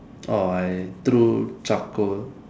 orh I threw charcoal